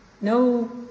No